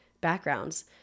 backgrounds